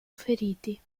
feriti